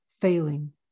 failing